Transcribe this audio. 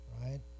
right